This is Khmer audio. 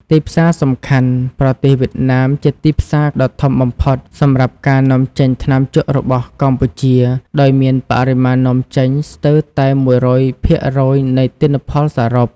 ទីផ្សារសំខាន់ ប្រទេសវៀតណាមជាទីផ្សារដ៏ធំបំផុតសម្រាប់ការនាំចេញថ្នាំជក់របស់កម្ពុជា ដោយមានបរិមាណនាំចេញស្ទើរតែ ១០០ភាំគរយនៃទិន្នផលសរុប។